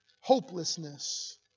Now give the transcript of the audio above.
hopelessness